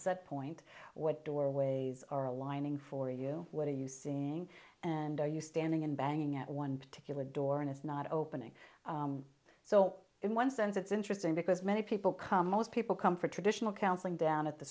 setpoint what doorways are aligning for you what are you seeing and are you standing in banging at one particular door and it's not opening so in one sense it's interesting because many people come most people come for traditional counseling down at the